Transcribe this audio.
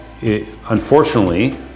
unfortunately